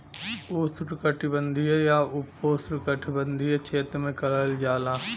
उष्णकटिबंधीय या उपोष्णकटिबंधीय क्षेत्र में करल जाला